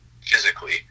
physically